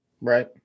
Right